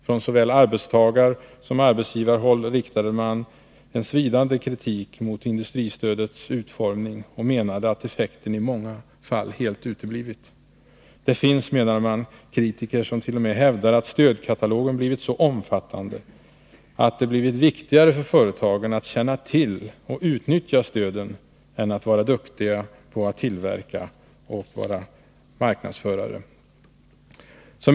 Från såväl arbetstagarsom arbetsgivarhåll riktade man en svidande kritik mot industristödets utformning och menade att effekten i många fall helt uteblivit. Det finns, menade man, kritiker som t.o.m. hävdar att stödkatalogen blivit så omfattande att det blivit viktigare för företagen att känna till och utnyttja stöden än att vara duktiga tillverkare och marknadsförare.